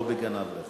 לא בגנב רכב.